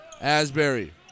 Asbury